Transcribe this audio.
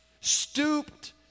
stooped